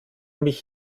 mich